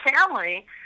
family